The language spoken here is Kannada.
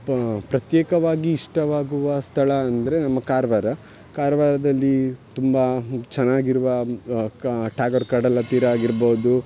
ಪ ಪ್ರತ್ಯೇಕವಾಗಿ ಇಷ್ಟವಾಗುವ ಸ್ಥಳ ಅಂದರೆ ನಮ್ಮ ಕಾರವಾರ ಕಾರವಾರದಲ್ಲಿ ತುಂಬ ಚೆನ್ನಾಗಿರುವ ಕ ಟಾಗೊರ್ ಕಡಲ ತೀರ ಆಗಿರ್ಬಹ್ದು